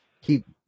keep